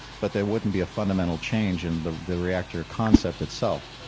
but there wouldn't be a fundamental change in the the reactor concept itself.